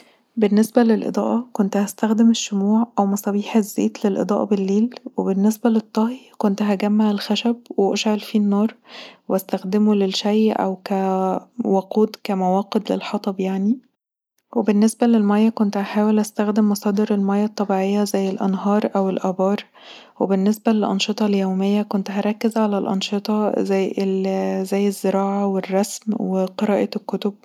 بالنسبه للإضاءه كنت هستخدم الشموع او مصابيح الزيت للإضاءه بليل وبالنسبه للطهي كنت هجمع الخشب واشعل فيه النار واستخدمه للشي او كوقود كمواقد للحطب يعني، وبالنسبه للميه كنت هحاول استخدم مصادر الميه الطبيعيه زي الانهار او الآبار وبالنسبه للانشطه اليوميه كنت هركز علي الانشطه زي الزراعه الرسم قراءة الكتب